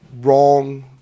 wrong